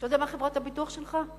אתה יודע מה חברת הביטוח שלך?